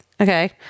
Okay